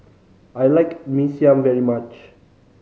I like Mee Siam very much